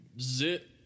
Zit